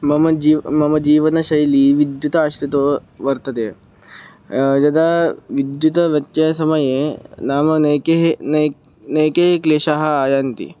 मम जीवनं मम जीवनशैली विद्युताश्रिता वर्तते यदा विद्युतव्यत्ययस्य समये नाम नैकाः नैके नैके क्लेशाः आयान्ति